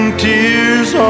tears